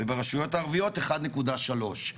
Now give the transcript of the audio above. וברשויות הערביות אחד נקודה שלוש.